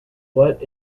what